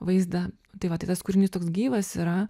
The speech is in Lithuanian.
vaizdą tai va tai tas kūrinys toks gyvas yra